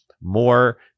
more